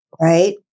right